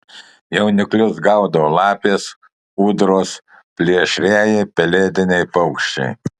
jauniklius gaudo lapės ūdros plėšrieji pelėdiniai paukščiai